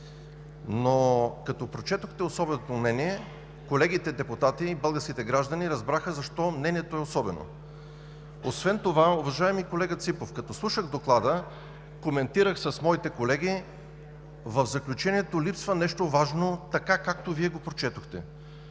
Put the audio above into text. Но като прочетохте особеното мнение, колегите депутати и българските граждани разбраха защо мнението е особено. Освен това, уважаеми колега Ципов, като слушах Доклада, коментирах с моите колеги, че в заключението липсва нещо важно, както Вие го прочетохте.